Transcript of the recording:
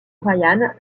bryan